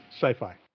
sci-fi